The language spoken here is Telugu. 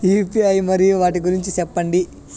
యు.పి.ఐ మరియు వాటి గురించి సెప్పండి?